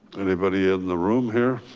anybody in the room here?